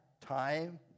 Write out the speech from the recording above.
time